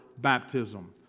baptism